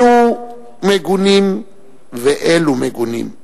אלו מגונים ואלו מגונים.